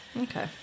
Okay